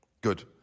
Good